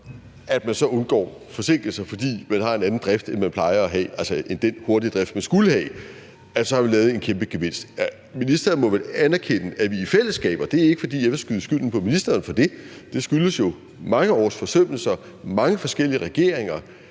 at man så undgår forsinkelser, fordi man så har en anden drift, end man plejer at have, altså end den hurtige drift, man skulle have. Ministeren må vel anerkende, at vi i fællesskab – og det er ikke, fordi jeg vil skyde skylden på ministeren for det, det skyldes jo mange års forsømmelser og mange forskellige regeringer